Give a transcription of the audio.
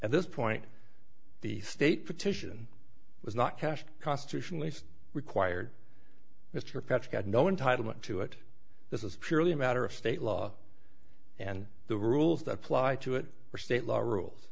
at this point the state petition was not cashed constitutionally required mr fetch got no entitlement to it this is purely a matter of state law and the rules that apply to it are state law